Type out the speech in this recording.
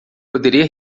poderia